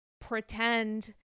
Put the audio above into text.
pretend